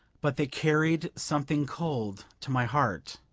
but they carried something cold to my heart.